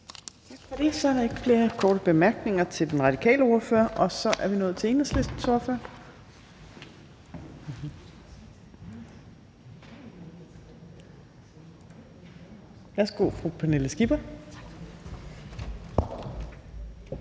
Der er ikke flere korte bemærkninger til den radikale ordfører. Så er vi nået til Enhedslistens ordfører. Værsgo, fru Pernille Skipper. Kl.